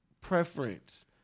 preference